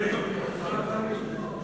אדוני ימשיך.